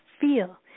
feel